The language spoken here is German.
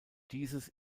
dieses